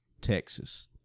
Texas